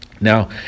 Now